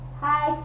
hi